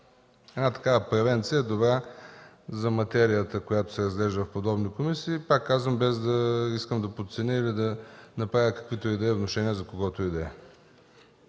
мен такава превенция е добра за материята, която се разглежда в подобни комисии, пак казвам, без да искам да подценя или да направя каквито и да са внушения за когото и